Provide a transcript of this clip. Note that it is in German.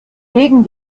gegen